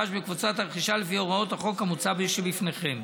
בקבוצת הרכישה לפי הוראות החוק המוצע שבפניכם.